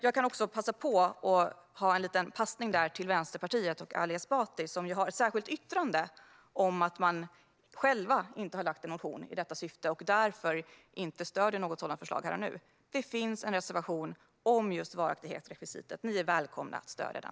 Jag passar på att ge en passning till Vänsterpartiets och Ali Esbatis särskilda yttrande, där det framgår att man inte har väckt en motion i detta syfte och därför inte stöder ett sådant förslag här och nu. Det finns en reservation om just varaktighetsrekvisitet. Ni är välkomna att stödja den.